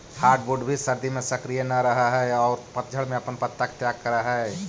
hardwood भी सर्दि में सक्रिय न रहऽ हई औउर पतझड़ में अपन पत्ता के त्याग करऽ हई